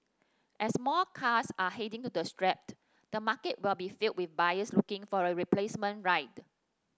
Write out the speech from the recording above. as more cars are heading to be scrapped the market will be filled with buyers looking for a replacement ride